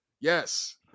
Yes